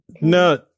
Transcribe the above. no